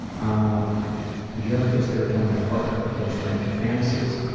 um would you ever consider telling a partner or close friend your fantasies?